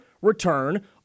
Return